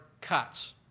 cuts